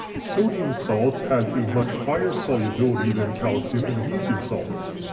sodium salts have a much higher solubility than calcium and magnesium salts,